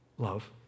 Love